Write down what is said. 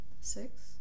Six